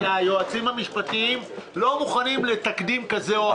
כי היועצים המשפטיים לא מוכנים לתקדים כזה או אחר.